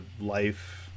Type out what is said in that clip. life